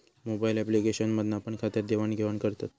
mobile application मधना पण खात्यात देवाण घेवान करतत